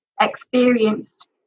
experienced